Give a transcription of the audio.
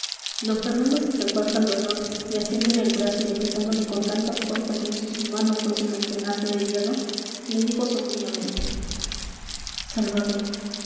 d fernando se acercó a salvador y asiéndole el brazo y apretándole con tanta fuerza como si su mano fuese una tenaza de hierro le dijo sombríamente salvador